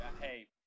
hey